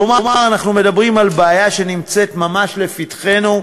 כלומר, אנחנו מדברים על בעיה שנמצאת ממש לפתחנו,